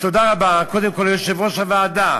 תודה רבה, קודם כול ליושב-ראש הוועדה,